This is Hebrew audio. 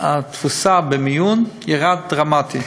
התפוסה במיון ירדה דרמטית.